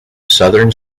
southern